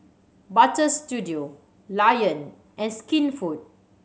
Butter Studio Lion and Skinfood